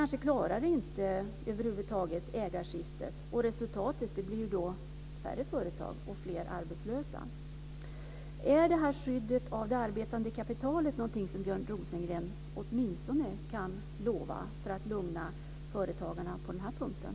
Det kanske inte klarar sig över ägarskiftet. Resultatet blir då färre företag och fler arbetslösa. Är skyddet av det arbetande kapitalet någonting som Björn Rosengren kan utlova för att lugna företagarna åtminstone på den här punkten?